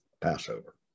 Passover